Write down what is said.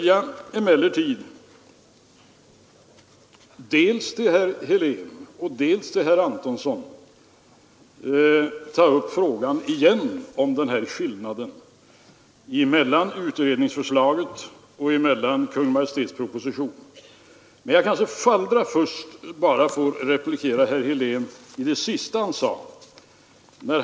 Jag vill dels med herr Helén, dels med herr Antonsson ta upp frågan igen om skillnaden mellan utredningsförslaget och Kungl. Maj:ts proposition. Men jag kanske allra först får replikera herr Helén.